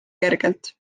kergelt